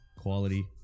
Quality